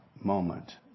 moment